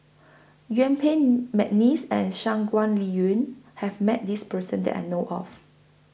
Yuen Peng Mcneice and Shangguan Liuyun has Met This Person that I know of